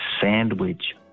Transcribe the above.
Sandwich